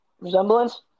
resemblance